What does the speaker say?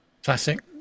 Classic